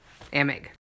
Amig